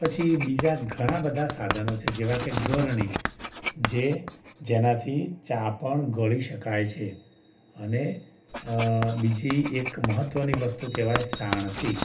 પછી બીજા ઘણાં બધાં સાધનો છે જેવા કે ગળણી જે જેનાથી ચા પણ ગાળી શકાય છે અને બીજી એક મહત્ત્વની વસ્તુ કહેવાય સાણસી